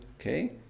Okay